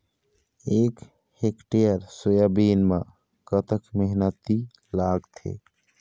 एक hectare soybean म कतक मेहनती लागथे?